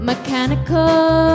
Mechanical